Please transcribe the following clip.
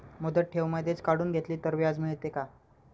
मुदत ठेव मधेच काढून घेतली तर व्याज मिळते का?